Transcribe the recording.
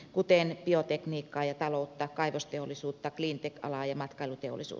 kuten biotekniikka ja taloutta kaivosteollisuuttaklinikalla ja matkailuteollisu